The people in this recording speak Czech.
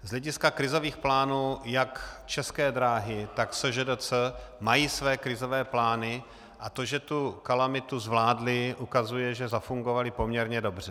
Z hlediska krizových plánů jak České dráhy, tak ŠŽDC mají své krizové plány a to, že kalamitu zvládly, ukazuje, že zafungovaly poměrně dobře.